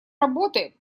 работы